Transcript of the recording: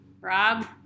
Rob